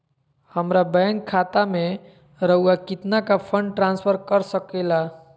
हमरा बैंक खाता से रहुआ कितना का फंड ट्रांसफर कर सके ला?